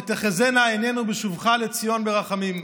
"ותחזינה עינינו בשובך לציון ברחמים".